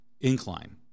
incline